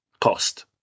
cost